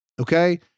Okay